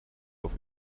auf